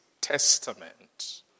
testament